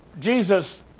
Jesus